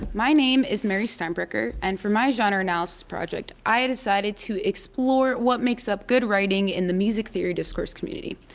my name is mary steinbrecher and for my genre analysis project i decided to explore what makes up good writing in the music theory discourse community.